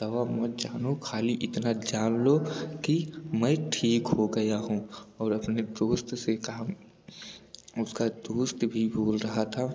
दवा मत जानो खाली इतना जान लो कि मैं ठीक हो गया हूँ और अपने दोस्त से कहा उसका दोस्त भी बोल रहा था